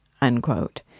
unquote